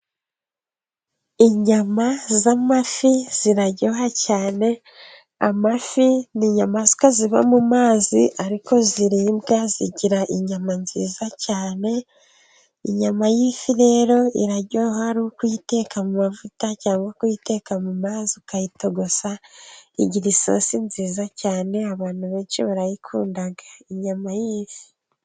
Inyama z'amafi ziraryoha cyane, amafi ni inyamaswa ziba mu mazi ariko ziribwa. Zigira inyama nziza cyane, inyama y'ifi rero iraryoha ari ukuyiteka mu mavuta cyangwa kuyiteka mu mazi ukayitogosa. Igira isosi nziza cyane abantu benshi barayikunda.